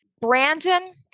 Brandon